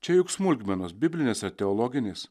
čia juk smulkmenos biblinės ar teologinės